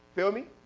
feel me?